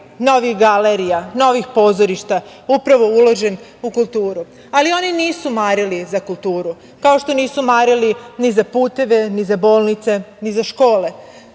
novih galerija, novih pozorišta, upravo uložen u kulturu. Oni nisu marili za kulturu, kao što nisu marili ni za puteve, ni za bolnice, ni za škole.